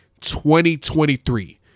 2023